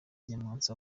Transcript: nyamwasa